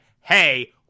hey